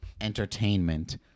entertainment